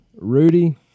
Rudy